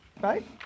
Right